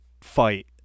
fight